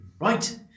right